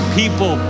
people